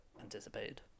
anticipated